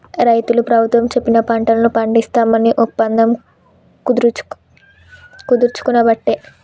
రైతులు ప్రభుత్వం చెప్పిన పంటలను పండిస్తాం అని ఒప్పందం కుదుర్చుకునబట్టే